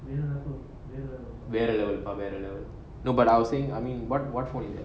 then where eleven parallel nobody housing I mean what what for you